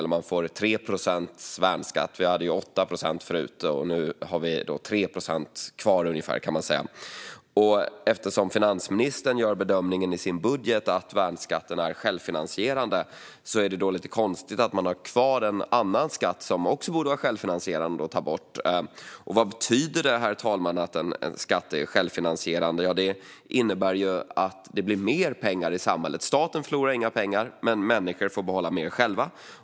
De får 3 procents värnskatt; vi hade 8 procent förut. Och nu kan man säga att vi har 3 procent kvar. Eftersom finansministern gör bedömningen i sin budget att värnskatten är självfinansierande är det lite konstigt att ha kvar en annan skatt som det också borde vara självfinansierande att ta bort. Vad betyder det att en skatt är självfinansierande, herr talman? Det innebär att det blir mer pengar i samhället. Staten förlorar inga pengar, men människor får behålla mer själva.